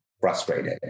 frustrated